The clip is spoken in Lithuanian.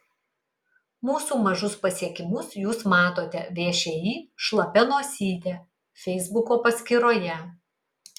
mūsų mažus pasiekimus jūs matote všį šlapia nosytė feisbuko paskyroje